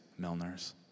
Milners